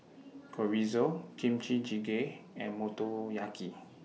Chorizo Kimchi Jjigae and Motoyaki